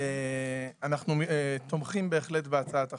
אנו תומכים בהצעת החוק.